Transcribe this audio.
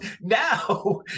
now